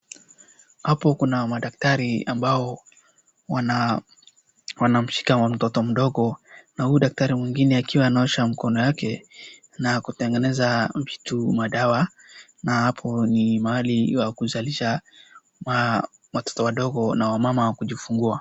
Hapo kuna madaktari ambao wanamshika mtoto mdogo na huyu daktari mwingine akiwa anaosha mkono yake na kutengeneza vitu madawa na hapo ni mahali ya kuzalisha watoto wadogo na wamama wa kujifungua.